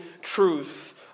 truth